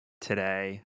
today